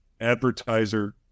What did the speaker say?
advertiser